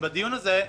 בדיון הזה,